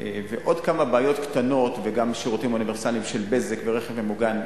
ועוד כמה בעיות קטנות וגם שירותים אוניברסליים של "בזק" ורכב ממוגן,